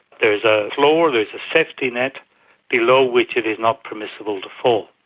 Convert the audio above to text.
there is a floor, there's a safety net below which it is not permissible to fall.